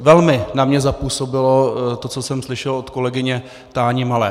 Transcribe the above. Velmi na mě zapůsobilo to, co jsem slyšel od kolegyně Táni Malé.